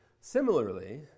similarly